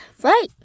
Right